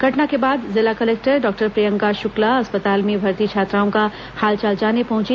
घटना के बाद जिला कलेक्टर डॉक्टर प्रियंका शुक्ला अस्पताल में भर्ती छात्राओं का हाल चाल जानने पहुंची